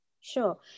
Sure